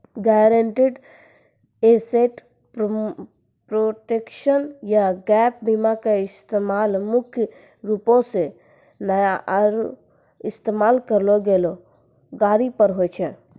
guaranteed asset protection या gap बीमा के इस्तेमाल मुख्य रूपो से नया आरु इस्तेमाल करलो गेलो गाड़ी पर होय छै